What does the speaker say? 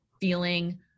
feeling